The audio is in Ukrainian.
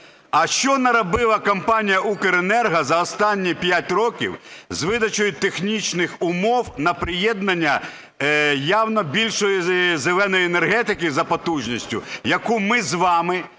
а що наробила компанія Укренерго за останні 5 років з видачею технічних умов на приєднання явно більшої "зеленої" енергетики за потужністю, яку ми з вами